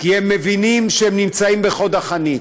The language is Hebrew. כי הם מבינים שהם נמצאים בחוד החנית,